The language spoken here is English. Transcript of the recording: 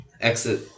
Exit